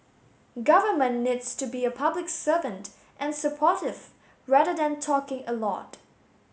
government needs to be a public servant and supportive rather than talking a lot